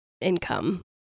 income